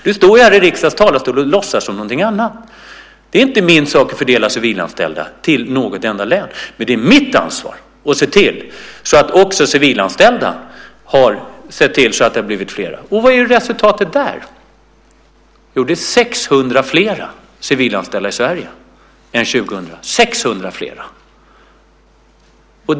Du står här i riksdagens talarstol och låtsas som någonting annat. Det är inte min sak att fördela civilanställda till något enda län. Men det är mitt ansvar att se till att också civilanställda blir fler. Och vad är resultatet där? Jo, det är 600 flera civilanställda i Sverige än det var år 2000.